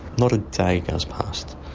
not a day goes past.